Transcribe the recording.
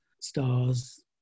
stars